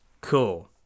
Cool